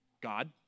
God